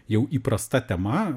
jau įprasta tema